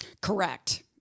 Correct